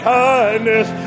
kindness